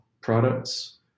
products